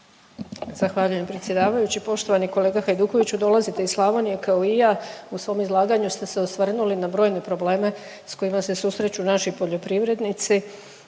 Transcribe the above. Zahvaljujem predsjedavajući. Poštovani kolega Hajdukoviću dolazite iz Slavonije kao i ja. U svom izlaganju ste se osvrnuli na brojne probleme s kojima se susreću naši poljoprivrednici,